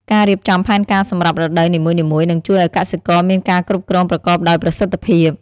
ការរៀបចំផែនការសម្រាប់រដូវនីមួយៗនឹងជួយឲ្យកសិករមានការគ្រប់គ្រងប្រកបដោយប្រសិទ្ធភាព។